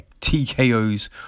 TKOs